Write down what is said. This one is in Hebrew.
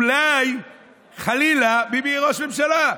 אולי, חלילה, ביבי יהיה ראש ממשלה,